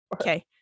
Okay